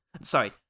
sorry